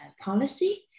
policy